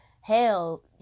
Hell